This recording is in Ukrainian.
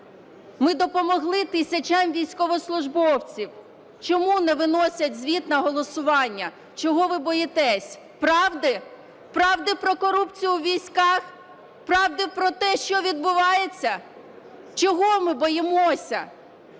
ми допомогли тисячам військовослужбовців. Чому не виносять звіт на голосування? Чого ви боїтеся? Правди? Правди про корупцію у військах? Правди про те, що відбувається? Чого ми боїмося?